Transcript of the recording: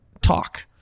talk